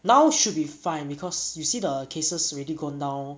now should be fine because you see the cases already gone down